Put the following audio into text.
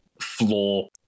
floor